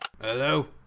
Hello